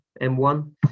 M1